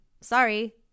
Sorry